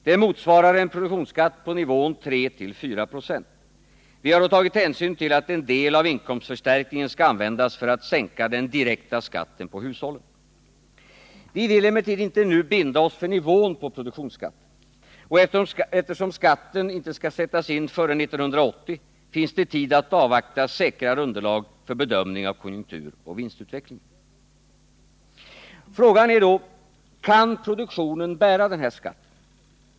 Det motsvarar en produktionsskatt på nivån 3—4 926. Vi har då tagit hänsyn till att en del av inkomstförstärkningen skall användas för att sänka den direkta skatten på hushållen. Vi vill emellertid inte nu binda oss för nivån på produktionsskatten, och eftersom skatten inte skall sättas in förrän 1980 finns det tid att avvakta säkrare underlag för bedömning av konjunkturoch vinstutvecklingen. Frågan är då: Kan produktionen bära den här skatten?